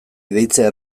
deitzea